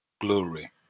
glory